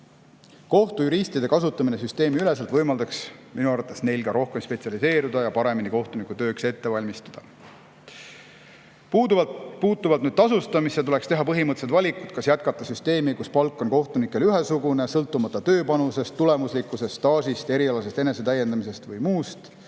Kohtujuristide kasutamine süsteemiüleselt võimaldaks minu arvates neil ka rohkem spetsialiseeruda ja paremini kohtunikutööks valmistuda. Tasustamise osas tuleks teha põhimõttelised valikud, kas jätkata süsteemiga, kus palk on kohtunikele ühesugune, sõltumata tööpanusest, tulemuslikkusest, staažist, erialasest enesetäiendamisest ja muust,